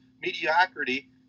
mediocrity